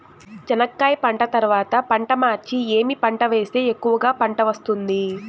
చెనక్కాయ పంట తర్వాత పంట మార్చి ఏమి పంట వేస్తే ఎక్కువగా పంట వస్తుంది?